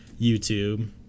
youtube